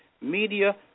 media